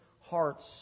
hearts